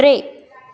टे